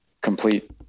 complete